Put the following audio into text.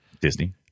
Disney